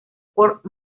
port